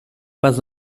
pas